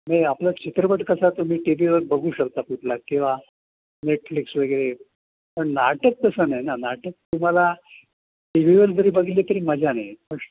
म्हणजे आपला चित्रपट कसा तुम्ही टी व्हीवर बघू शकता कुठला किंवा नेटफ्लिक्स वगैरे पण नाटक तसं नाही ना नाटक तुम्हाला टी व्हीवर जरी बघितलं तरी मजा नाही पण